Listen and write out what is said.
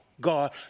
God